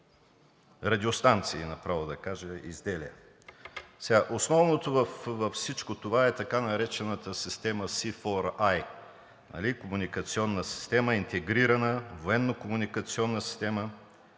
радиостанции, направо да кажа, изделия. Основното във всичко това е така наречената система C4I – комуникационна система, интегрирана, военнокомуникационна система,